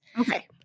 Okay